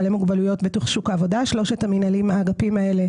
בעלי מוגבלויות בתוך שוק העבודה שלושת האגפים האלה,